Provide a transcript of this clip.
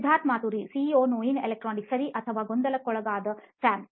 Siddharth Maturi CEO ನೋಯಿನ್ electronics ಸರಿ ಅಥವಾ ಗೊಂದಲಕ್ಕೊಳಗಾದ ಸ್ಯಾಮ್